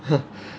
ha